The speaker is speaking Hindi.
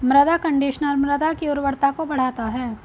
मृदा कंडीशनर मृदा की उर्वरता को बढ़ाता है